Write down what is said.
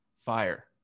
Fire